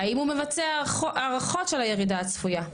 האם הוא מבצע הערכות של הירידה הצפויה?